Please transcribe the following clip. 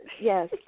Yes